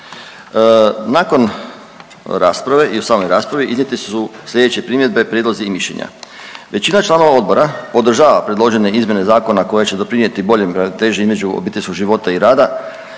Nakon rasprave i u samoj raspravi iznijeti su sljedeće primjedbe, prijedlozi i mišljenja. Većina članova odbora podržava predložene izmjene zakona koje će doprinijeti boljoj ravnoteži između obiteljskog života i rada